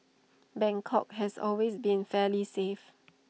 Bangkok has always been fairly safe